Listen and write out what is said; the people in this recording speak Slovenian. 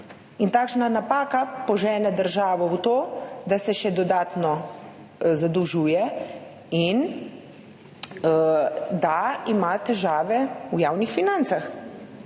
Takšna napaka požene državo v to, da se še dodatno zadolžuje in da ima težave v javnih financah.